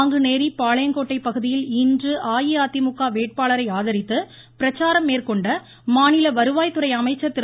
நாங்குநேரி பாளையங்கோட்டை பகுதியில் இன்று அஇஅதிமுக வேட்பாளரரை ஆதரித்து பிரச்சாரம் மேற்கொண்ட மாநில வருவாய்த்துறை அமைச்சர் திரு